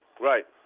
Right